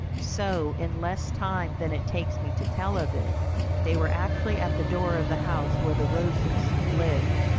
so in less time than it takes me to tell of it they were actually at the door of the house where the rosas lived.